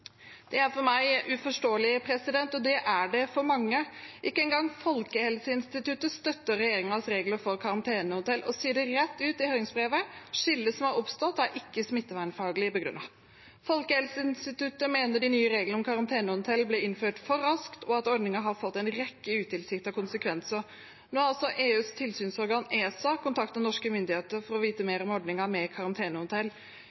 Det er for meg uforståelig, og det er det for mange. Ikke engang Folkehelseinstituttet støtter regjeringens regler for karantenehotell og sier rett ut i høringsbrevet at skillet som er oppstått, ikke er smittevernfaglig begrunnet. Folkehelseinstituttet mener de nye reglene om karantenehotell ble innført for raskt, og at ordningen har fått en rekke utilsiktede konsekvenser. Nå har EUs tilsynsorgan ESA kontaktet norske myndigheter for å få vite